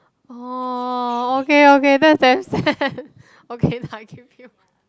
orh okay okay that's damn sad okay lah give you